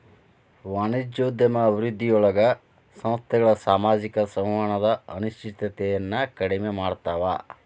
ವಾಣಿಜ್ಯೋದ್ಯಮ ಅಭಿವೃದ್ಧಿಯೊಳಗ ಸಂಸ್ಥೆಗಳ ಸಾಮಾಜಿಕ ಸಂವಹನದ ಅನಿಶ್ಚಿತತೆಯನ್ನ ಕಡಿಮೆ ಮಾಡ್ತವಾ